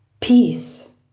Peace